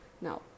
Now